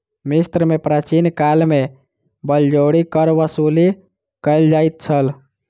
मिस्र में प्राचीन काल में बलजोरी कर वसूली कयल जाइत छल